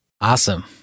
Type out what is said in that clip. Awesome